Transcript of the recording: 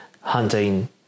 hunting